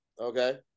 okay